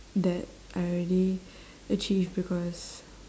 that I already achieve because